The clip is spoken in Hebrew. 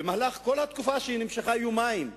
במהלך כל התקופה, שנמשכה יומיים,